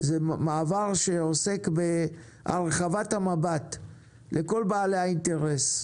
הוא מעבר שעוסק בהרחבת המבט לכל בעלי האינטרס.